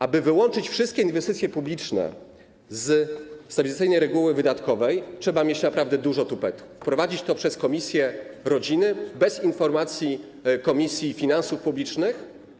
Aby wyłączyć wszystkie inwestycje publiczne z tradycyjnej reguły wydatkowej, trzeba mieć naprawdę dużo tupetu, wprowadzić to przez komisję rodziny bez informacji Komisji Finansów Publicznych.